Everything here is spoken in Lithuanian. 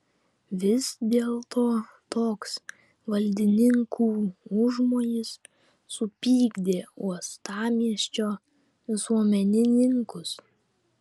vis dėlto toks valdininkų užmojis supykdė uostamiesčio visuomenininkus